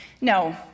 No